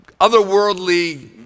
otherworldly